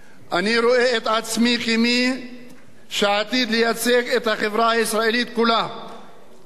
אני רואה את עצמי כמי שעתיד לייצג את החברה הישראלית כולה ואני